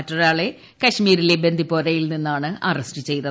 മറ്റൊരാളെ കശ്മീരിലെ ബന്ദിപോരയിൽ നിന്നാണ് അറസ്റ്റ് ചെയ്തത്